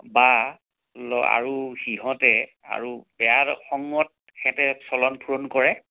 বা ল আৰু সিহঁতে আৰু বেয়া সময়ত সিহঁতে চলন ফুৰন কৰে